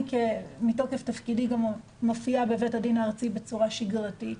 מתוקף תפקידי אני גם מופיעה בבית הדין הארצי בצורה שגרתית.